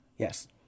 Yes